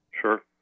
Sure